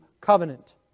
covenant